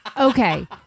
Okay